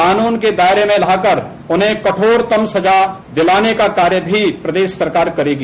कानून के दायरे में लाकर उन्हें कठोरतम सजा दिलाने का कार्य भी प्रदेश सरकार करेगी